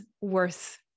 worth